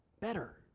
better